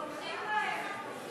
תומכים בהם.